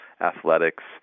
athletics